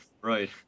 right